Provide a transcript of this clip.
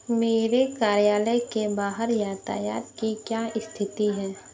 मेरे कार्यालय के बाहर यातायात की क्या स्थिति है